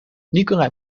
nicolas